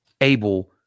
able